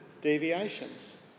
deviations